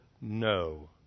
no